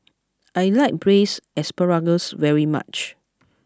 I like Braised Asparagus very much